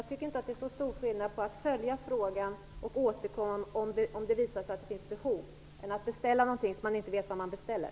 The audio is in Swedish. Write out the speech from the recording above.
Jag tycker inte att det är så stor skillnad på att följa frågan och återkomma om det visar sig att det finns behov och att beställa något när man inte vet vad man beställer.